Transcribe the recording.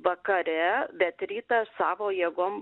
vakare bet rytą savo jėgom